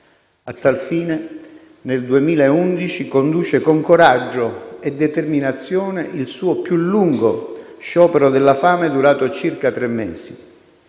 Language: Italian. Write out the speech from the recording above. A tal fine, nel 2011, Pannella conduce con coraggio e determinazione il suo più lungo sciopero della fame, durato circa tre mesi.